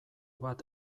bat